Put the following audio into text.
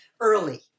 early